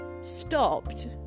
stopped